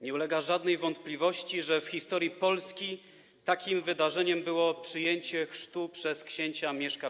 Nie ulega żadnej wątpliwości, że w historii Polski takim wydarzeniem było przyjęcie chrztu przez księcia Mieszka I.